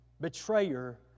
betrayer